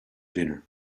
dinner